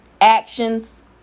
actions